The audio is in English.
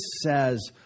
says